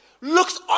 looks